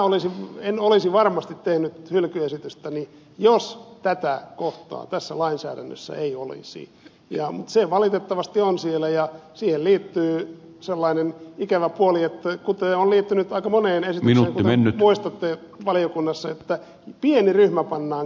minä en olisi varmasti tehnyt hylkyesitystäni jos tätä kohtaa tässä lainsäädännössä ei olisi mutta se valitettavasti on siellä ja siihen liittyy sellainen ikävä puoli kuten on liittynyt aika moneen esitykseen kuten muistatte valiokunnassa että pieni ryhmä pannaan kärsimään